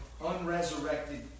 unresurrected